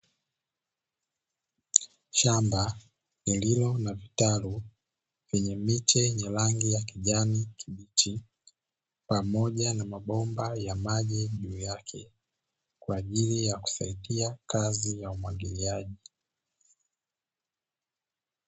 Shamba lililo na vitalu, lenye miche yenye rangi ya kijani kibichi pamoja na mabomba ya maji juu yake, kwa ajili ya kusaidia kazi ya umwagiliaji.